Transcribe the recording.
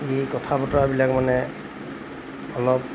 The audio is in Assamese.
এই কথা বতৰাবিলাক মানে অলপ